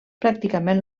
pràcticament